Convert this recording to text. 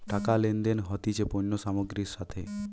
টাকা লেনদেন হতিছে পণ্য সামগ্রীর সাথে